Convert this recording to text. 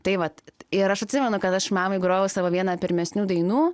tai vat ir aš atsimenu kad aš mamai grojau savo vieną pirmesnių dainų